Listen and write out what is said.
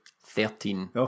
Thirteen